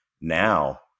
now